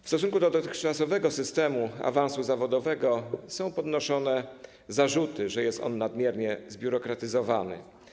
W stosunku do dotychczasowego systemu awansu zawodowego są podnoszone zarzuty, że jest on nadmiernie zbiurokratyzowany.